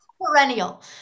perennial